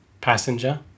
passenger